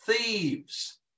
thieves